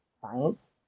science